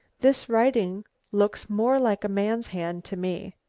this writing looks more like a man's hand to me.